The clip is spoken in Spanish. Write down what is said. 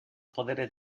poderes